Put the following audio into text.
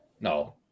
No